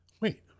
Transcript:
Wait